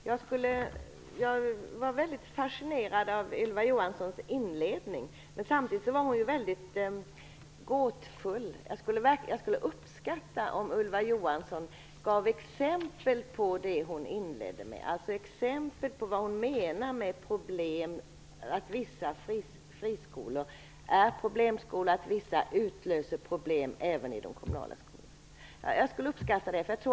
Herr talman! Jag var väldigt fascinerad av Ylva Johanssons inledning. Men samtidigt var hon väldigt gåtfull. Jag skulle uppskatta om Ylva Johansson gav exempel på vad hon menar med att vissa friskolor är problemskolor och att vissa utlöser problem även i de kommunala skolorna. Jag skulle uppskatta det.